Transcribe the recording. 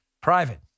private